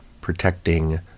protecting